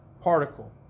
particle